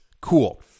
Cool